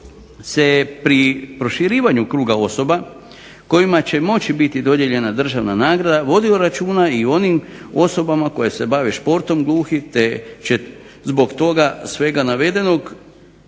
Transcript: se pri proširivanju kruga osoba kojima će moći biti dodijeljena državna nagrada vodi računa i o onim osobama koje se bave športom gluhih, te će zbog toga svega navedenog